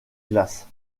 glace